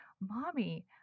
Mommy